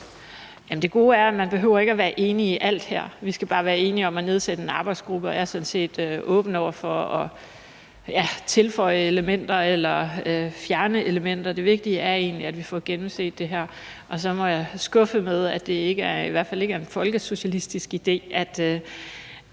Det gode er, at man ikke behøver at være enig i alt her. Vi skal bare være enige om at nedsætte en arbejdsgruppe. Jeg er sådan set åben over for at tilføje elementer eller fjerne elementer. Det vigtige er egentlig, at vi får gennemset det her. Og så må jeg skuffe med at sige, at det i hvert fald ikke er en folkesocialistisk idé, at